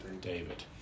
David